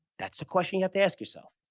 that's a question you have to ask yourself.